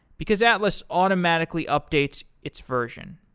because atlas automatically updates its version.